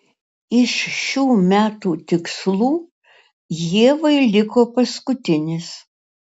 iš šių metų tikslų ievai liko paskutinis